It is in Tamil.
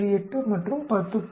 8 மற்றும் 10